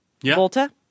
Volta